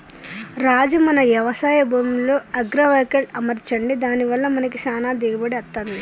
రాజు మన యవశాయ భూమిలో అగ్రైవల్టెక్ అమర్చండి దాని వల్ల మనకి చానా దిగుబడి అత్తంది